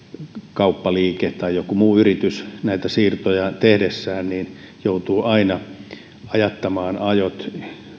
kauppaliike tai joku muu yritys näitä siirtoja tehdessään joutuu aina ajattamaan ajot